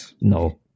no